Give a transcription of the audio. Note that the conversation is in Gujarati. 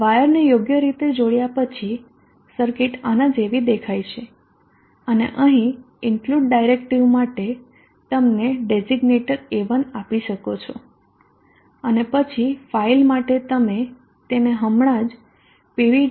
વાયરને યોગ્ય રીતે જોડ્યા પછી સર્કિટ આના જેવી દેખાય છે અને અહીં ઇન્ક્લુડ ડાયરેક્ટિવ માટે તમે ડેઝીગ્નેટર A1 આપી શકો છો અને પછી ફાઇલ માટે તમે તેને હમણાં જ pv